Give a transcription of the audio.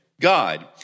God